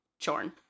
Chorn